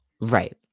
Right